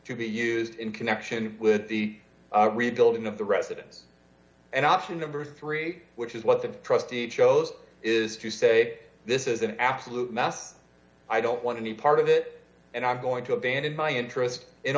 to be used in connection with the rebuilding of the residence and option number three which is what the trustee it shows is to say this is an absolute mess i don't want any part of it and i'm going to abandon my interest in